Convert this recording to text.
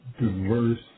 diverse